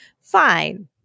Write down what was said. fine